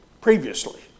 previously